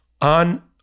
on